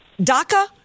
DACA